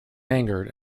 angered